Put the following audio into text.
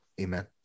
Amen